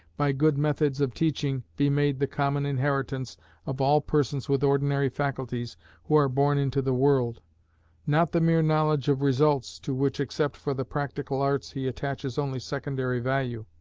by good methods of teaching, be made the common inheritance of all persons with ordinary faculties who are born into the world not the mere knowledge of results, to which, except for the practical arts, he attaches only secondary value,